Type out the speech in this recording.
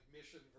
Mission